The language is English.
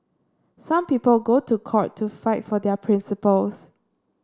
some people go to court to fight for their principles